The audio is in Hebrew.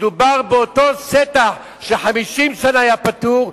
מדובר באותו שטח ש-50 שנה היה פטור,